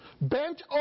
bent